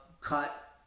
cut